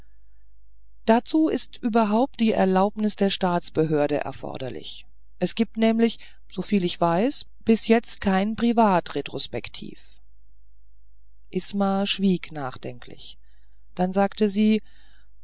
dazu ist überhaupt die erlaubnis der staatsbehörde erforderlich es gibt nämlich soviel ich weiß bis jetzt kein privat retrospektiv isma schwieg nachdenklich dann sagte sie